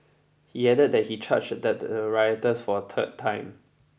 he added that he charged at the rioters for a third time